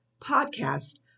podcast